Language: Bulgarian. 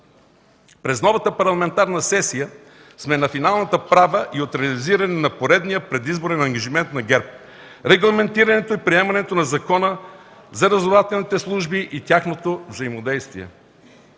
През новата парламентарна сесия сме на финалната права и от реализиране на поредния предизборен ангажимент на ГЕРБ – регламентирането и приемането на Закона за разузнавателните служби и тяхното взаимодействие.